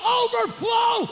overflow